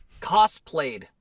cosplayed